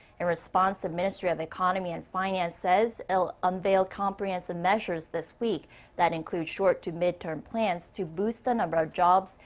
in response, the ministry of economy and finance says it'll unveil comprehensive measures this week that include short-to-mid term plans to boost the number of jobs,